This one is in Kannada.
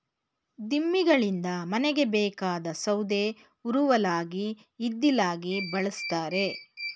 ದಿಮ್ಮಿಗಳಿಂದ ಮನೆಗೆ ಬೇಕಾದ ಸೌದೆ ಉರುವಲಾಗಿ ಇದ್ದಿಲಾಗಿ ಬಳ್ಸತ್ತರೆ